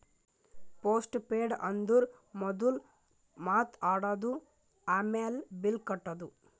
post paid ಅಂದುರ್ ಮೊದುಲ್ ಮಾತ್ ಆಡದು, ಆಮ್ಯಾಲ್ ಬಿಲ್ ಕಟ್ಟದು